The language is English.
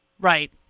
Right